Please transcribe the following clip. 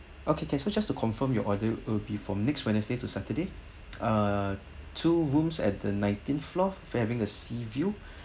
okay can so just to confirm your order it will be from next wednesday to saturday uh two rooms at the nineteenth floor facing the sea view